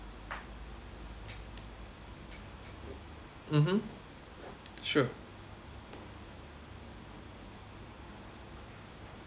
mmhmm sure